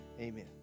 Amen